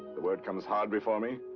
the word comes hard before me?